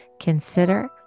consider